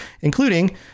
including